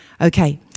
Okay